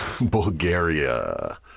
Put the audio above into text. Bulgaria